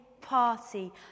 party